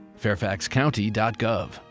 fairfaxcounty.gov